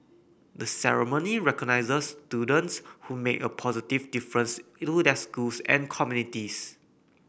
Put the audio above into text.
the ceremony recognizes students who make a positive difference their schools and communities